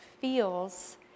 feels